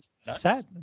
sad